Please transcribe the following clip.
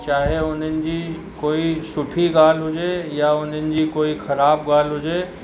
चाहे हुननि जी कोई सुठी ॻाल्हि हुजे या उन्हनि जी कोई ख़राबु ॻाल्हि हुजे